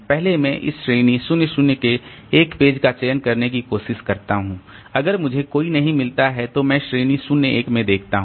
पहले मैं इस श्रेणी 0 0 के एक पेज का चयन करने की कोशिश करता हूं अगर मुझे कोई नहीं मिलता है तो मैं श्रेणी 0 1 में देखता हूं